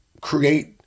create